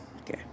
Okay